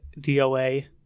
doa